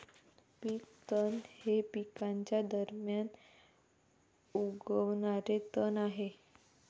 पीक तण हे पिकांच्या दरम्यान उगवणारे तण आहे